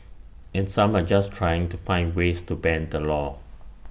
and some are just trying to find ways to bend the law